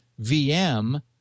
VM